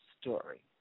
story